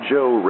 Joe